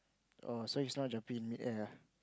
oh so he's not jumping in mid air ah